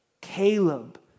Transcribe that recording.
Caleb